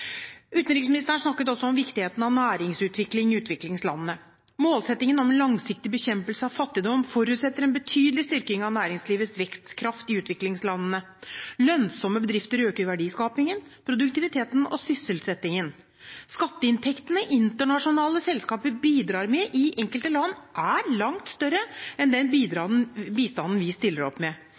Utenriksministeren snakket også om viktigheten av næringsutvikling i utviklingslandene. Målsettingene om en langsiktig bekjempelse av fattigdom forutsetter en betydelig styrking av næringslivets vekstkraft i utviklingslandene. Lønnsomme bedrifter øker verdiskapningen, produktiviteten og sysselsettingen. Skatteinntektene internasjonale selskaper bidrar med i enkelte land, er langt større enn den bistanden vi stiller opp med.